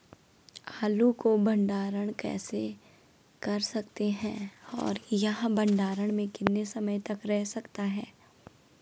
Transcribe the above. आलू को भंडारण कैसे कर सकते हैं और यह भंडारण में कितने समय तक रह सकता है?